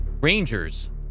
Rangers